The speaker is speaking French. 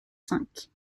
cinq